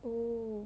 oo